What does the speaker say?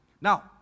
Now